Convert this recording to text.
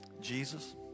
Jesus